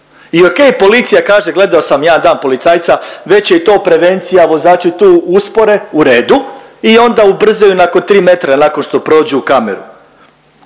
i ok policija kaže gledao sam jedan dan policajca već je i to prevencija, vozači tu uspore u redu i onda ubrzaju nakon 3 metra nakon što prođu kameru.